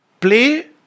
play